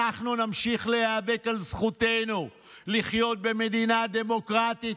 אנחנו נמשיך להיאבק על זכותנו לחיות במדינה דמוקרטית,